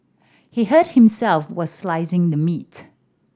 he hurt himself were slicing the meat